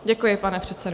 Děkuji, pane předsedo.